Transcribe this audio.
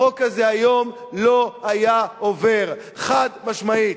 החוק הזה היום לא היה עובר, חד-משמעית.